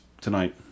tonight